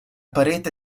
parete